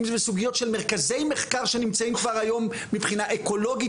אם זה בסוגיות של מרכזי מחקר שנמצאים כבר היום מבחינה אקולוגית,